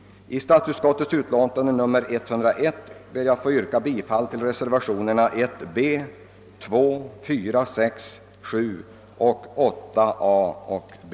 Beträffande statsutskottets utlåtande nr 101 ber jag att få yrka bifall till reservationerna 1 b, 2, 4, 6 och 7 samt 8 a och b.